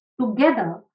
together